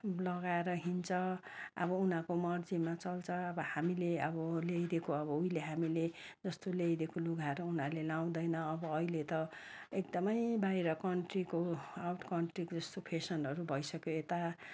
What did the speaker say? लगाएर हिँड्छ अब उनीहरूको मर्जीमा चल्छ अब हामीले अब ल्याइदिएको अब उहिले हामीले जस्तो ल्याइदिएको लुगाहरू उनीहरूले लगाउँदैन अब अहिले त एकदमै बाहिर कन्ट्रीको आउट कन्ट्रीको फेसनहरू भइसक्यो यता